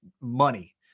money